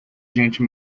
gente